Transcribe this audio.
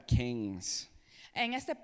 kings